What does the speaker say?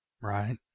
Right